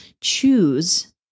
choose